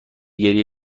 گریه